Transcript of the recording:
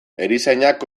erizainak